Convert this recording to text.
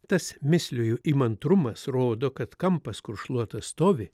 tas misliju įmantrumas rodo kad kampas kur šluota stovi